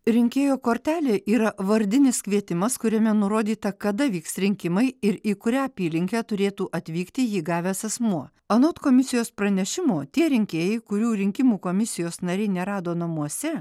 rinkėjo kortelė yra vardinis kvietimas kuriame nurodyta kada vyks rinkimai ir į kurią apylinkę turėtų atvykti jį gavęs asmuo anot komisijos pranešimo tie rinkėjai kurių rinkimų komisijos nariai nerado namuose